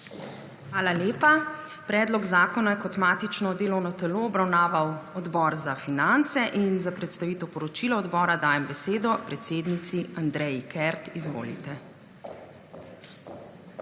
Hvala lepa. Predlog zakona je kot matično delovno telo obravnaval Odbor za finance in za predstavitev poročila odbora dajem besedo predsednici, Andreji Kert. Izvolite.